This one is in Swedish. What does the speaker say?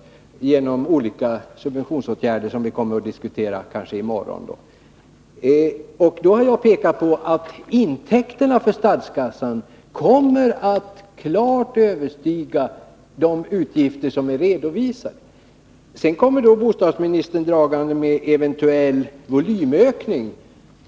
— genom olika subventionsåtgärder, som vi kanske kommer att diskutera i morgon, förs medel över till andra delar av boendet som inte beskattas. Då har jag pekat på att intäkterna till statskassan kommer att klart överstiga de utgifter som har redovisats. Sedan kommer bostadsministern dragande med en eventuell volymökning.